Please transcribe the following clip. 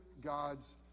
god's